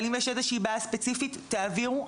אבל אם יש בעיה ספציפית, תעבירו.